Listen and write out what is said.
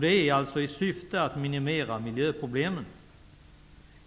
Det sker alltså i syfte att minimera miljöproblemen.